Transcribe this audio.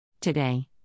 Today